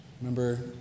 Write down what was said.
Remember